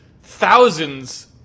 thousands